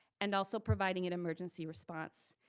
and also providing an emergency response.